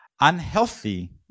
Unhealthy